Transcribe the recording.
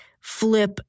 flip